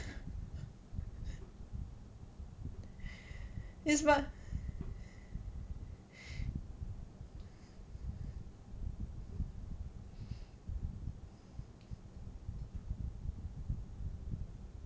it's about